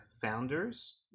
founders